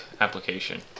application